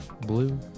Blue